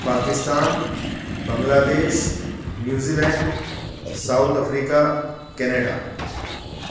Pakistan Bangladesh New Zealand South Africa Canada